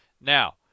now